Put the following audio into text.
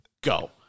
Go